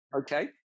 Okay